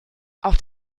auf